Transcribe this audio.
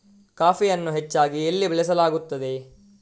ಕಾಫಿಯನ್ನು ಹೆಚ್ಚಾಗಿ ಎಲ್ಲಿ ಬೆಳಸಲಾಗುತ್ತದೆ?